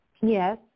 Yes